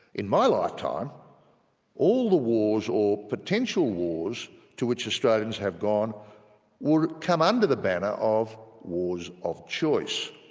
in my lifetime all the wars or potential wars to which australians have gone would come under the banner of wars of choice.